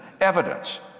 evidence